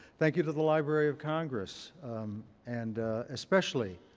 thank you to the library of congress and especially,